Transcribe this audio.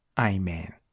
Amen